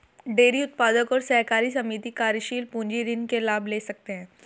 dairy उत्पादक और सहकारी समिति कार्यशील पूंजी ऋण के लाभ ले सकते है